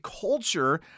culture